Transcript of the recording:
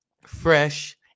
fresh